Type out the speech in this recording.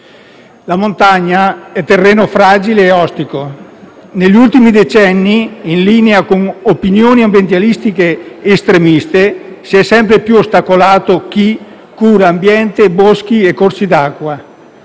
La montagna è terreno fragile e ostico. Negli ultimi decenni, in linea con opinioni ambientalistiche estremiste, si è sempre più ostacolato chi cura ambiente, boschi e corsi d'acqua.